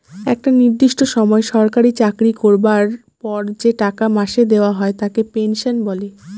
একটা নির্দিষ্ট সময় সরকারি চাকরি করবার পর যে টাকা মাসে দেওয়া হয় তাকে পেনশন বলে